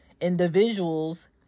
individuals